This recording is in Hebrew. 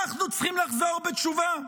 אנחנו צריכים לחזור בתשובה?